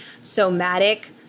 somatic